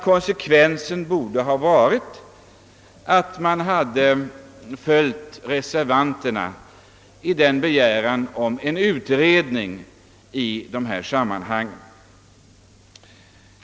Konsekvensen borde därför ha varit att man hade biträtt reservanternas begäran om en utredning i detta sammanhang.